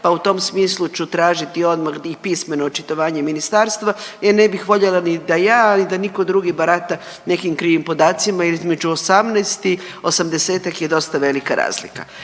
pa u tom smislu ću tražiti odmah i pismeno očitovanje ministarstva. Jer ne bih voljela niti da ja, ali da nitko drugi barata nekim krivim podacima jer između 18 i 80-tak je dosta velika razlika.